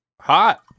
Hot